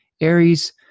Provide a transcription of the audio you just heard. Aries